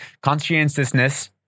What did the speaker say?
conscientiousness